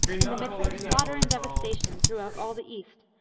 in the midst of slaughter and devastation, throughout all the east,